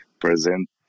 present